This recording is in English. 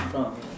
in front of me